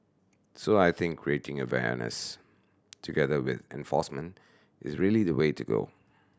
so I think creating awareness together with enforcement is really the way to go